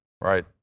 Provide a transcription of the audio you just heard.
right